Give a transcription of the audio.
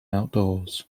outdoors